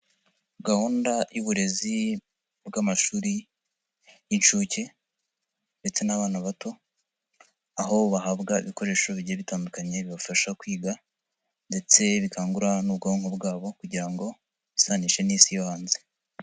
Gahunda y'uburezi bw'amashuri y'inshuke ndetse n'abana bato, aho bahabwa ibikoresho bigiye bitandukanye bibafasha kwiga ndetse bikangura n'ubwonko bwabo kugira ngo bisanishe n'isi yo hanze.